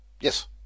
Yes